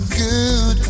good